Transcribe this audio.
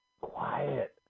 Quiet